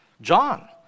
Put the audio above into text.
John